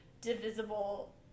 divisible